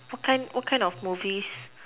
what kind what kind of movies